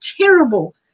terrible